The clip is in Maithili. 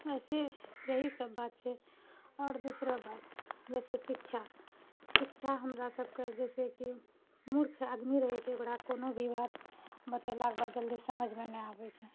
ऐसे ही इएह सभ बात छै आओर दूसरा बात जइसे शिक्षा शिक्षा हमरा सभकेँ जइसे कि मूर्ख आदमी रहै छै ओकरा कोनो भी बात बतयलाक बाद जल्दी समझमे नहि आबैत छै